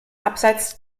abseits